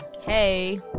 Hey